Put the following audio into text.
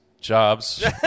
Jobs